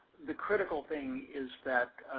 the critical thing is that